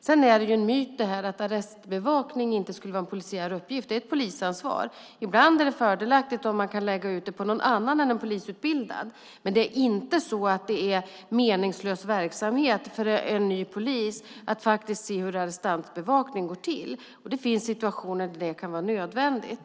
Sedan är det en myt, det här att arrestbevakning inte skulle vara en polisiär uppgift. Det är ett polisansvar. Ibland är det fördelaktigt om man kan lägga ut det på någon annan än en polisutbildad, men det är inte så att det är meningslös verksamhet för en ny polis att se hur arrestantbevakning går till. Det finns situationer där det kan vara nödvändigt.